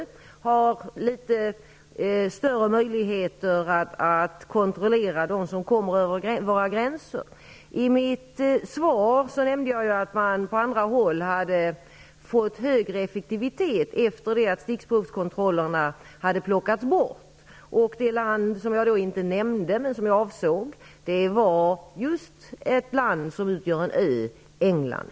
Vi har litet större möjligheter att kontrollera dem som kommer över våra gränser. I mitt svar nämnde jag att man på andra håll har fått högre effektivitet efter det att stickprovskontrollerna har plockats bort. Det land som jag då inte nämnde men avsåg var just ett land som utgör en ö: England.